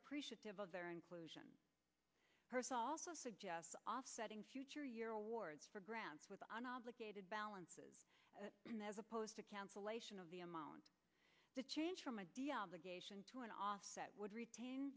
appreciative of their inclusion person also suggests offsetting future year awards for grants with on obligated balances as opposed to cancellation of the amount the change from a deep into an offset would retain